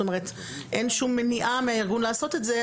זאת אומרת אין שום מניעה מהארגון לעשות את זה.